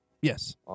Yes